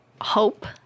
hope